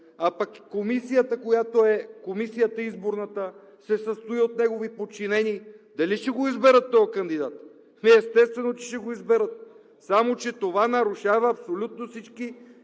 а пък изборната Комисия се състои от негови подчинени, дали ще го изберат този кандидат?! Естествено, че ще го изберат. Само че това нарушава абсолютно всички